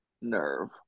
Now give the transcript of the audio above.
Nerve